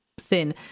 thin